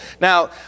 Now